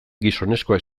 gizonezkoak